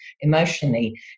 emotionally